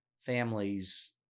families